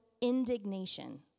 indignation